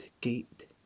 Gate